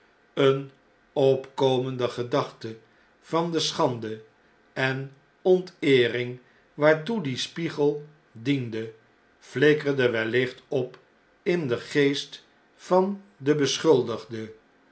eene opkomende gedachte van de schande en onteering waartoe die spiegel diende flikkerde wellicht op in den geest ven den beschuldigde